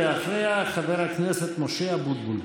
ואחריה, חבר הכנסת משה אבוטבול.